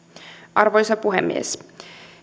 arvoisa puhemies